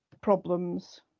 problems